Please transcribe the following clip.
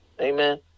Amen